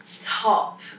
top